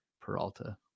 Peralta